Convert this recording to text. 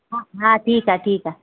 हा हा ठीकु आहे ठीकु आहे